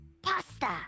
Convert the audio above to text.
Pasta